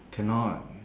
cannot